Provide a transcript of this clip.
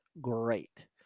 great